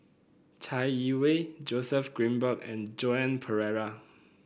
Chai Yee Wei Joseph Grimberg and Joan Pereira